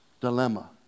dilemma